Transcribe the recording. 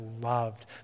loved